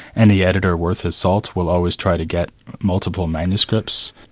any editor worth his salt will always try to get multiple manuscripts.